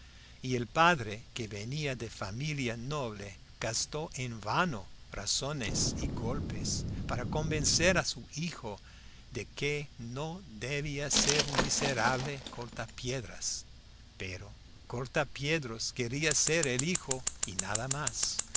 y el padre que venía de familia noble gastó en vano razones y golpes para convencer a su hijo de que no debía ser un miserable cortapiedras pero cortapiedras quería ser el hijo y nada más